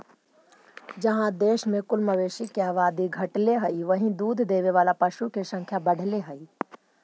जहाँ देश में कुल मवेशी के आबादी घटले हइ, वहीं दूध देवे वाला पशु के संख्या बढ़ले हइ